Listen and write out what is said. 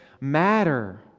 matter